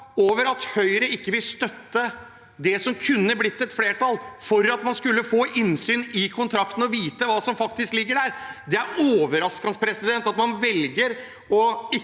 over at Høyre ikke vil støtte det som kunne blitt et flertall for at man skulle få innsyn i kontrakten og få vite hva som faktisk ligger der. Det er overraskende at man ikke velger å sørge